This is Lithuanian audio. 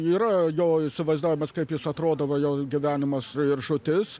yra jo įsivaizdavimas kaip jis atrodo va jo gyvenimas ir žūtis